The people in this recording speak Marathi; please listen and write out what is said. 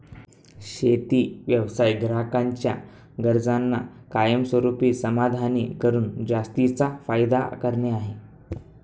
शेती व्यवसाय ग्राहकांच्या गरजांना कायमस्वरूपी समाधानी करून जास्तीचा फायदा करणे आहे